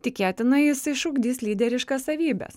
tikėtina jis išugdys lyderiškas savybes